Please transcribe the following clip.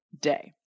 day